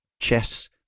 chess